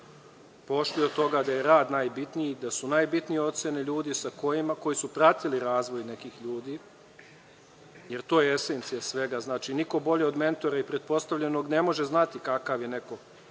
došli do toga da je rad najbitniji, da su najbitnije ocene ljudi koji su pratili razvoj nekih ljudi, jer to je esencija svega. Znači, niko bolje od mentora i pretpostavljenog ne može znati kakav je neko